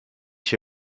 się